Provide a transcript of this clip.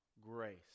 Grace